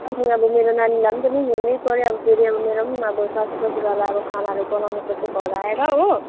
अनि अब मेरो नानीलाई पनि त हेर्नै पऱ्यो फेरि अब मेरो पनि अब सासू ससुरालाई अब खानाहरू बनाउनु पऱ्यो त्यो घर आएर हो